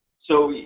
so,